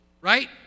right